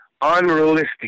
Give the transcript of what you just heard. unrealistic